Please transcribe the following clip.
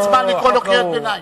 אין זמן לקרוא לו קריאות ביניים.